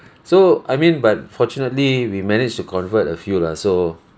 so I mean but fortunately we managed to convert a few lah so